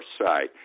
side